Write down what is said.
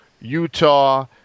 Utah